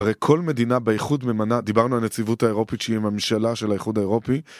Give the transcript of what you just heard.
הרי כל מדינה באיחוד ממנה, דיברנו על הנציבות האירופית שהיא הממשלה של האיחוד האירופי